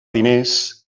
diners